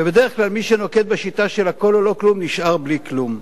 ובדרך כלל מי שנוקט שיטה של הכול או לא כלום נשאר בלי כלום.